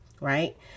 right